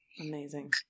Amazing